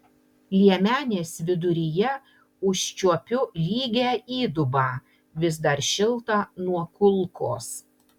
liemenės viduryje užčiuopiu lygią įdubą vis dar šiltą nuo kulkos